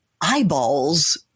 eyeballs